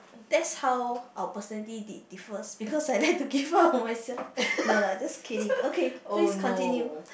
that's how our personality di~ differs because I like to give up on myself no lah just kidding okay please continue